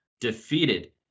defeated